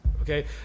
Okay